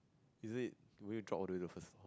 is it would you draw all the way the first